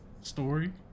story